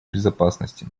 безопасности